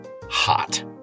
hot